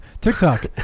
tiktok